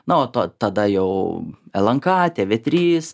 na o to tada jau el en ka tė vė trys